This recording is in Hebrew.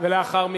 השר כחלון,